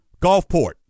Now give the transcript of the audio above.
Gulfport